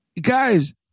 guys